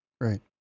Right